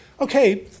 okay